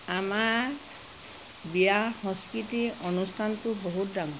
আমাৰ বিয়া সংস্কৃতি অনুষ্ঠানটো বহুত ডাঙৰ